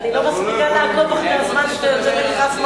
אני לא מספיקה לעקוב אחרי הזמן שאתה יוצא ונכנס.